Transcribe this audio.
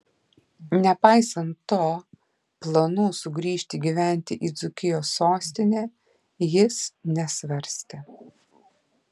nepaisant to planų sugrįžti gyventi į dzūkijos sostinę jis nesvarstė